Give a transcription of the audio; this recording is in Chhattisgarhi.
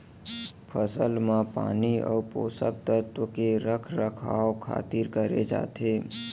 फसल म पानी अउ पोसक तत्व के रख रखाव खातिर करे जाथे